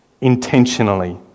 intentionally